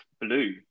Blue